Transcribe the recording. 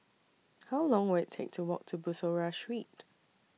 How Long Will IT Take to Walk to Bussorah Street